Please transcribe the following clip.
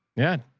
yeah,